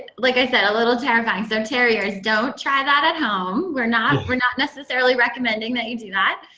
like i said, a little terrifying. so terriers, don't try that at home. we're not we're not necessarily recommending that you do that.